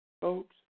Folks